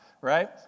right